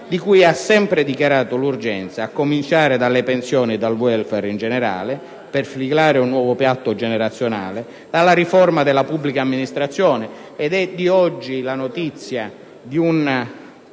di cui ha sempre dichiarato l'urgenza, a cominciare da quelle delle pensioni e del *welfare* in generale, per siglare un nuovo patto generazionale, della pubblica amministrazione (è di oggi la notizia di un